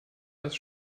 das